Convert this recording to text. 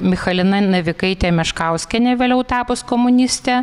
michalina navikaitė meškauskienė vėliau tapus komuniste